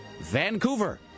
Vancouver